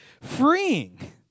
freeing